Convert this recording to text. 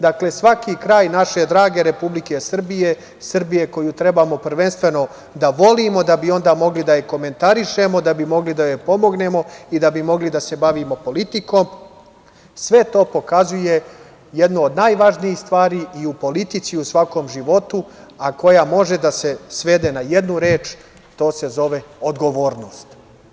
Dakle, svaki kraj naše drage Republike Srbije, Srbije koju trebamo prvenstveno da volimo da bi onda mogli da je komentarišemo, da bi mogli da joj pomognemo i da bi mogli da se bavimo politikom, sve to pokazuje jednu od najvažnijih stvari i u politici i u svakom životu, a koja može da se svede na jednu reč, to se zove odgovornost.